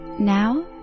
Now